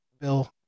bill